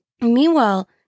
Meanwhile